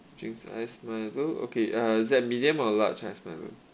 drinks iced milo okay uh is that medium or large iced milo